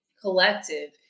collective